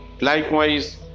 Likewise